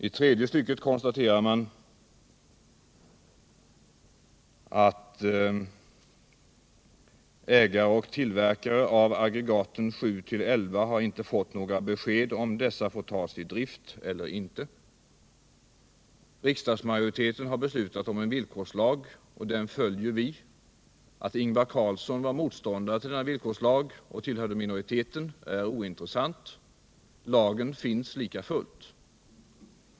I tredje stycket konstaterar han: ”Ägare och tillverkare av aggregaten 7-11 har inte fått några besked om dessa får tas i drift eller inte.” Riksdagsmajoriteten har beslutat om en villkorslag, och den följer vi. Att Ingvar Carlsson var motståndare till lagen och tillhörde minoriteten är ointressant. Lagen finns likafullt.